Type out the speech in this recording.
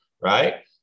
right